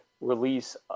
release